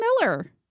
Miller